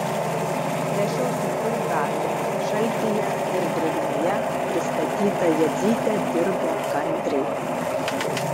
prie šio sunkaus darbo šaltyje ir drėgmėje pristatyta jadzytė dirbo kantriai